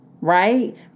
Right